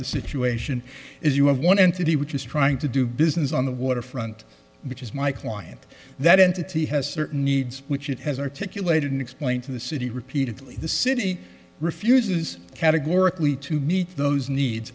the situation is you have one entity which is trying to do business on the waterfront because my client that entity has certain needs which it has articulated and explained to the city repeatedly the city refuses categorically to meet those needs